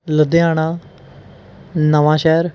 ਲੁਧਿਆਣਾ ਨਵਾਂ ਸ਼ਹਿਰ